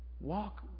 Walk